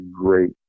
great